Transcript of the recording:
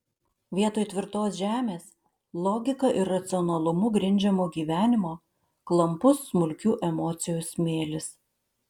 vietoj tvirtos žemės logika ir racionalumu grindžiamo gyvenimo klampus smulkių emocijų smėlis